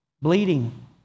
bleeding